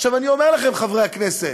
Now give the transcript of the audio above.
עכשיו, אני אומר לכם, חברי הכנסת,